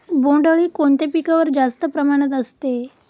बोंडअळी कोणत्या पिकावर जास्त प्रमाणात असते?